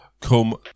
come